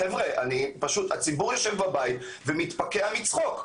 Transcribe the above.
חבר'ה, הציבור יושב בבית ומתפקע מצחוק.